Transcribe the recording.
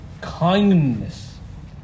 kindness